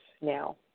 now